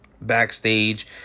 backstage